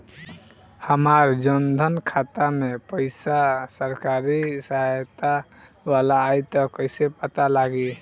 हमार जन धन खाता मे पईसा सरकारी सहायता वाला आई त कइसे पता लागी?